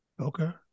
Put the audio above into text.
Okay